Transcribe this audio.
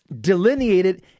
delineated